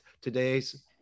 today's